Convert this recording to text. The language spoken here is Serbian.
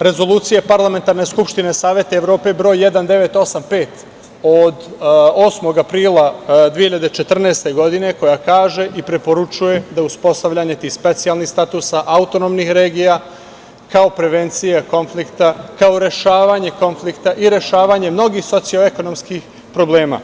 Rezolucije Parlamentarne skupštine Saveta Evrope broj 1985 od 8. aprila 2014. godine, koja kaže i preporučuje da uspostavljanje tih specijalnih statusa autonomnih regiona kao prevencija konflikta, kao rešavanje konflikta i rešavanje mnogih socioekonomskih problema.